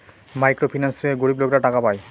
micro finance থেকে গরিব লোকেরা টাকা পায়